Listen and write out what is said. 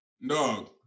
No